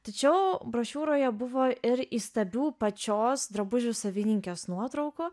tačiau brošiūroje buvo ir įstabių pačios drabužių savininkės nuotraukų